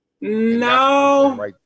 no